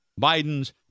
Biden's